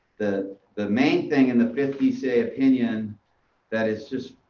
the the main thing in the fifth dca opinion that is just,